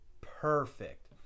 perfect